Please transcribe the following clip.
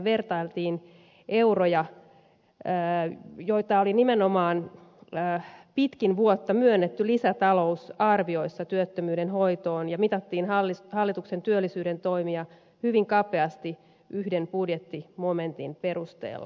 hyvin hanakasti siellä vertailtiin euroja joita oli nimenomaan pitkin vuotta myönnetty lisätalousarvioissa työttömyyden hoitoon ja mitattiin hallituksen työllisyyden toimia hyvin kapeasti yhden budjettimomentin perusteella